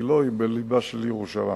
וגילה היא בלבה של ירושלים.